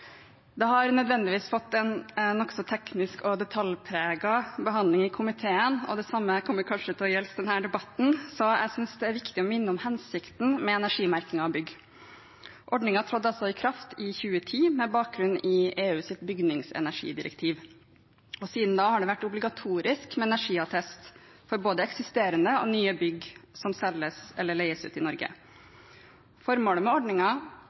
Det har nødvendigvis fått en nokså teknisk og detaljpreget behandling i komiteen, og det samme kommer kanskje til å gjelde denne debatten, så jeg synes det er viktig å minne om hensikten med energimerking av bygg. Ordningen trådte altså i kraft i 2010 med bakgrunn i EUs bygningsenergidirektiv, og siden da har det vært obligatorisk med energiattest for både eksisterende og nye bygg som selges eller leies ut i Norge. Formålet med